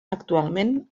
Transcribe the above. actualment